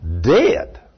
dead